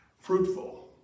fruitful